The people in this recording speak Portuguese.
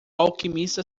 alquimista